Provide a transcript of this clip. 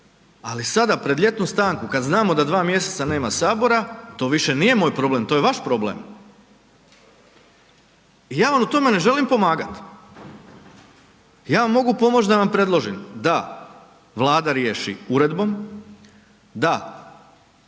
ali sada pred ljetnu stanku kad znamo da dva mj. nema Sabora, to više nije moj problem, to je vaš problem. I ja vam u tome ne želim pomagat. Ja vam mogu pomoć da vam predložim da Vlada riješi uredbom, da